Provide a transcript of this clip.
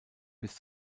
bis